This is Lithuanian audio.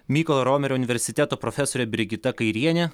mykolo romerio universiteto profesorė brigita kairienė